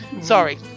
Sorry